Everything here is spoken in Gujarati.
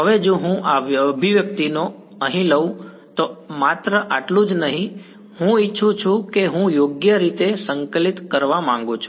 હવે જો હું આ અભિવ્યક્તિને અહીં લઉં તો માત્ર આટલું જ નહીં હું ઇચ્છું છું કે હું તેને યોગ્ય રીતે સંકલિત કરવા માંગુ છું